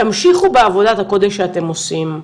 תמשיכו בעבודת הקודש שאתם עושים,